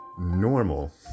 normal